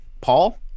Paul